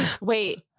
Wait